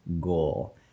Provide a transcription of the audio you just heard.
goal